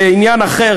בעניין אחר,